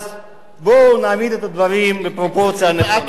אז בואו נעמיד את הדברים בפרופורציה הנכונה.